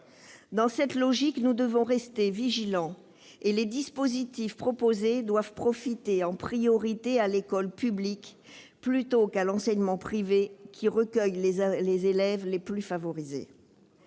Dans cette logique, nous devons rester vigilants. Les dispositifs proposés doivent profiter en priorité à l'école publique, plutôt qu'à l'enseignement privé, qui recueille les élèves les plus favorisés.